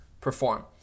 perform